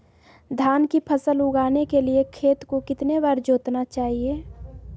धान की फसल उगाने के लिए खेत को कितने बार जोतना चाइए?